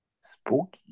spooky